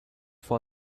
for